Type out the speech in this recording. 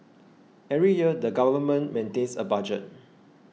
every year the government maintains a budget